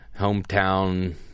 hometown